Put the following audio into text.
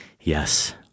yes